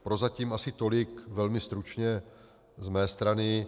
Prozatím asi tolik velmi stručně z mé strany.